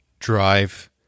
Drive